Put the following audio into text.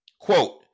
Quote